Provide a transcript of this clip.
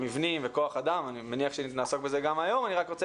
מבנים וכוח אדם ואני מניח שמעסוק בזה גם היום אבל אני רוצה